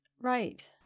Right